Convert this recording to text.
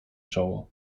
czoło